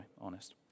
honest